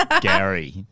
Gary